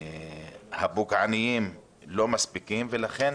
הפוגעניים, לא מספיקים, ולכן